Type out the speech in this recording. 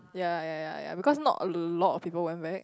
yea yea yea yea because not a lot of people went back